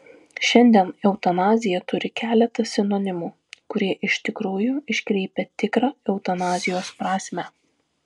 šiandien eutanazija turi keletą sinonimų kurie iš tikrųjų iškreipia tikrą eutanazijos prasmę